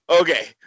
Okay